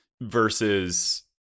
Versus